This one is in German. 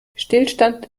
stillstand